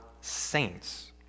saints